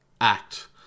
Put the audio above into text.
act